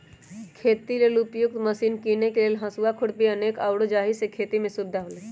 खेती लेल उपयुक्त मशिने कीने लेल हसुआ, खुरपी अनेक आउरो जाहि से खेति में सुविधा होय